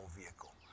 vehicle